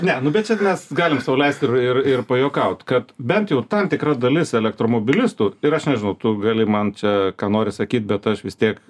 ne nu bet čia mes galim sau leist ir ir ir pajuokaut kad bent jau tam tikra dalis elektromobilistų ir aš nežinau tu gali man čia ką nori sakyt bet aš vis tiek